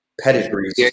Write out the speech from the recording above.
pedigrees